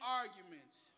arguments